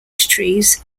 trees